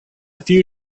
few